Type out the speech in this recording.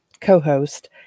co-host